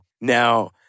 Now